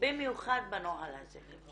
במיוחד בנוהל הזה.